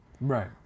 Right